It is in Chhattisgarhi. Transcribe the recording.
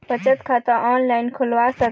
बचत खाता ऑनलाइन खोलवा सकथें?